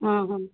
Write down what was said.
ହଁ ହଁ